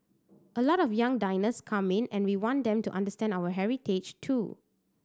a lot of young diners come in and we want them to understand our heritage too